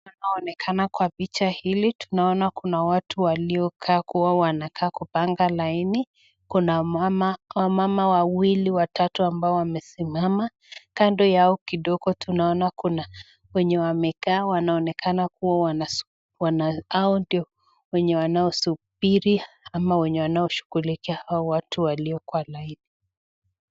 Inavyoonekana kwa picha hili, tunaona kuna watu waliokaa kuwa wanakaa kupanga laini. Kuna wamama wawili, watatu ambao wamesimama, kando yao kidogo tunaona kuna wenye wamekaa. Wanaonekana kuwa hao ndo wenye wanaosubiri ama wenye wanaoshughulikia hao watu walio kwa laini.